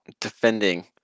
defending